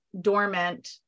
dormant